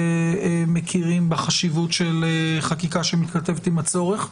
שמכירים בחשיבות של חקיקה שמתכתבת עם הצורך.